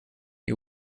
you